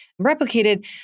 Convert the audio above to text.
replicated